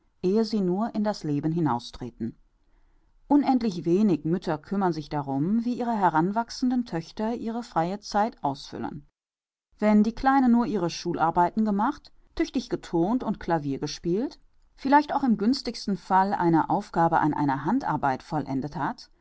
ehe sie nur in das leben hinaustreten unendlich wenig mütter kümmern sich darum wie ihre heranwachsenden töchter ihre freie zeit ausfüllen wenn die kleine nur ihre schularbeiten gemacht tüchtig geturnt und clavier gespielt vielleicht auch im günstigen fall eine aufgabe an einer handarbeit vollendet hat